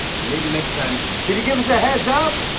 maybe next time, could you give us a heads up!